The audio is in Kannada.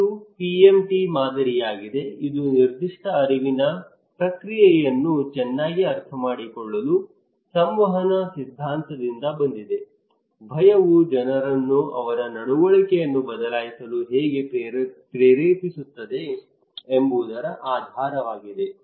ಇದು PMT ಮಾದರಿಯಾಗಿದೆ ಇದು ನಿರ್ದಿಷ್ಟ ಅರಿವಿನ ಪ್ರಕ್ರಿಯೆಯನ್ನು ಚೆನ್ನಾಗಿ ಅರ್ಥಮಾಡಿಕೊಳ್ಳಲು ಸಂವಹನ ಸಿದ್ಧಾಂತದಿಂದ ಬಂದಿದೆ ಭಯವು ಜನರನ್ನು ಅವರ ನಡವಳಿಕೆಯನ್ನು ಬದಲಾಯಿಸಲು ಹೇಗೆ ಪ್ರೇರೇಪಿಸುತ್ತದೆ ಎಂಬುದರ ಆಧಾರವಾಗಿದೆ